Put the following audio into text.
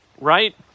right